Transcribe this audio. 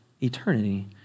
eternity